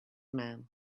man